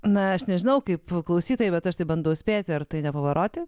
na aš nežinau kaip klausytojai bet aš taip bandau spėti ar tai ne pavaroti